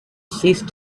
ceased